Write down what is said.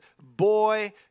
boy